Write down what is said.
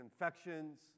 infections